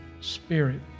Spirit